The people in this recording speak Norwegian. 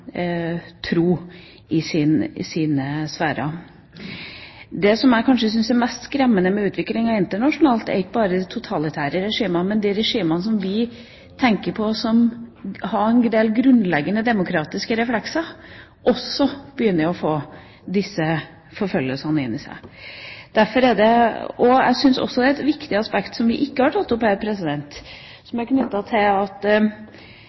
tro i sine sfærer. Det som jeg kanskje syns er mest skremmende med utviklingen internasjonalt, er at det ikke bare gjelder de totalitære regimene, men at også de regimene som vi tenker på som å ha en del grunnleggende demokratiske reflekser, begynner å få disse forfølgelsene. Et viktig aspekt som vi ikke har tatt opp her, er knyttet til at vi av og til blir så sekularisert i vår tilnærming til